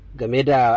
gameda